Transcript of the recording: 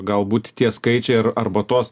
galbūt tie skaičiai ar arba tuos